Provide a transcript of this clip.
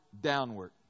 downward